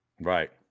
Right